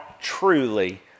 truly